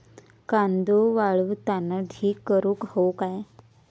कांदो वाळवताना ढीग करून हवो काय?